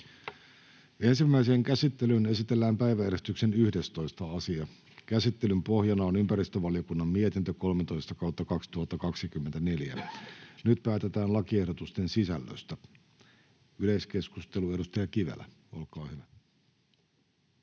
Ensimmäiseen käsittelyyn esitellään päiväjärjestyksen 11. asia. Käsittelyn pohjana on ympäristövaliokunnan mietintö YmVM 13/2024 vp. Nyt päätetään lakiehdotusten sisällöstä. — Yleiskeskustelu. Edustaja Kivelä, olkaa hyvä.